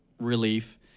relief